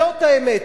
זו האמת.